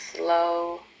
Slow